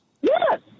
yes